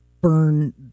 burn